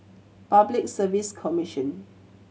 Public Service Commission